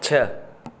छह